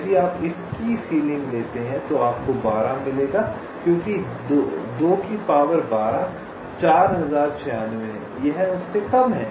यदि आप इस की सीलिंग लेते हैं तो आपको 12 मिलेगा क्योंकि 4096 है यह उससे कम है